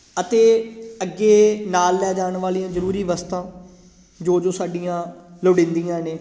ਅਤੇ ਅੱਗੇ ਨਾਲ ਲੈ ਜਾਣ ਵਾਲੀਆਂ ਜ਼ਰੂਰੀ ਵਸਤਾਂ ਜੋ ਜੋ ਸਾਡੀਆਂ ਲੋੜੀਂਦੀਆਂ ਨੇ